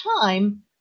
time